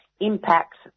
impacts